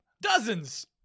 Dozens